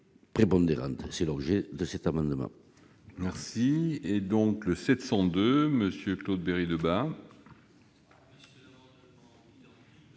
est l'objet de cet amendement.